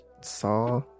saw